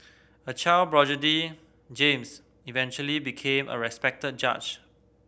a child James eventually became a respected judge